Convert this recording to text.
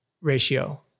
ratio